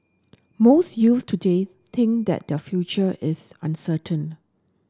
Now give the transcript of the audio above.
most youths today think that their future is uncertain